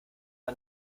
man